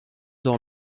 dans